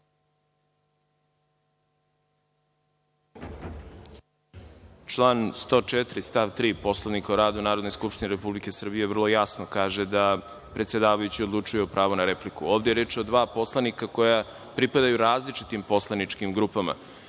Član 104. stav 3) Poslovnika o radu Narodne skupštine Republike Srbije vrlo jasno kaže da predsedavajući odlučuje o pravu na repliku. Ovde je reč o dva poslanika koja pripadaju različitim poslaničkim grupama.